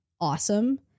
awesome